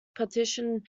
partition